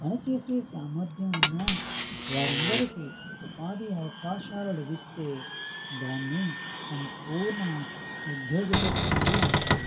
పని చేసే సామర్థ్యం ఉన్నా వారందరికీ ఉపాధి అవకాశాలు లభిస్తే దాన్ని సంపూర్ణ ఉద్యోగిత స్థాయి అంటారు